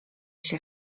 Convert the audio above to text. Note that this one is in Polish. się